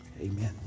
Amen